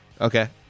Okay